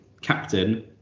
captain